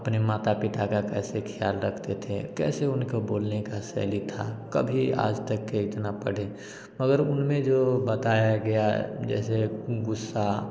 अपने माता पिता का कैसे ख्याल रखते थे कैसे उनको बोलने का शैली था कभी आज तक के इतना पढ़े अगर उनमें जो बताया गया जैसे गुस्सा